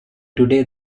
today